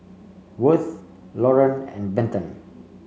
Worth Loran and Benton